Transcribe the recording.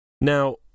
Now